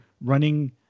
running